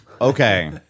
Okay